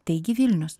taigi vilnius